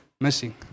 missing